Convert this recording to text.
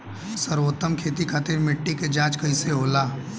सर्वोत्तम खेती खातिर मिट्टी के जाँच कईसे होला?